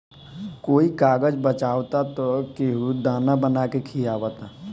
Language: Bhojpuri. कोई कागज बचावता त केहू दाना बना के खिआवता